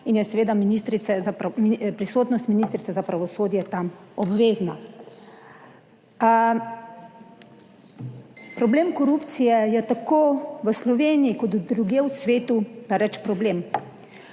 in je prisotnost ministrice za pravosodje tam obvezna. Problem korupcije je tako v Sloveniji kot drugje v svetu pereč problem,